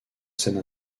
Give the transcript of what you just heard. scène